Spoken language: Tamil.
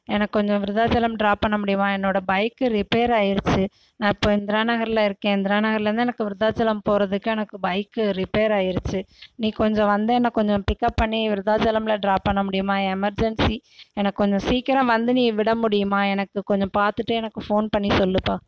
எனக்கு கொஞ்சம் விருதாச்சலம் டிராப் பண்ண முடியுமா என்னோடய பைக்கு ரிப்பேர் ஆகிருச்சு நான் இப்போது இந்திரா நகரில் இருக்கேன் இந்திரா நகரில் இருந்து எனக்கு விருதாச்சலம் போகிறதுக்கு எனக்கு பைக்கு ரிப்பேர் ஆகிருச்சி நீ கொஞ்சம் வந்து என்னை கொஞ்சம் பிக்கப் பண்ணி விருதாச்சலமில் டிராப் பண்ண முடியுமா எமர்ஜன்சி எனக்கு கொஞ்சம் சீக்கிரம் வந்து நீ விட முடியுமா எனக்கு கொஞ்சம் பார்த்துட்டு எனக்கு ஃபோன் பண்ணி சொல்லுப்பா